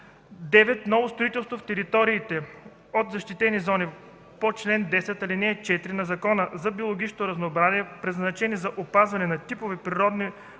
„9. ново строителство в териториите от защитени зони по чл. 10, ал. 4 на Закона за биологичното разнообразие, предназначени за опазване на типове природни